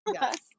Yes